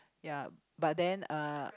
ya but then uh